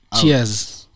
cheers